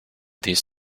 these